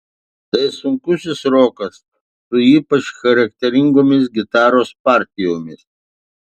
tai sunkusis rokas su ypač charakteringomis gitaros partijomis